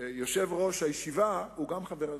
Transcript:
יושב-ראש הישיבה הוא גם חבר הנשיאות.